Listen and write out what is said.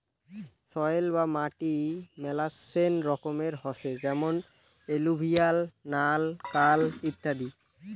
soil বা মাটি মেলাচ্ছেন রকমের হসে যেমন এলুভিয়াল, নাল, কাল ইত্যাদি